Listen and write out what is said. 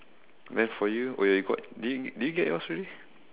then for you wait wait you got did you did you get yours already